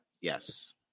Yes